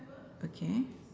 okay